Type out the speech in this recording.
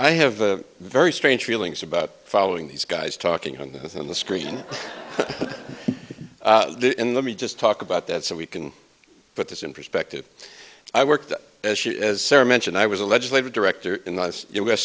i have a very strange feelings about following these guys talking on the screen in the me just talk about that so we can put this in perspective i worked as as sarah mentioned i was a legislative director in the u